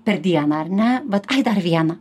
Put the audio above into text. per dieną ar ne vat dar vieną